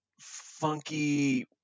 funky